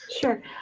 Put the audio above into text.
Sure